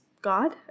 god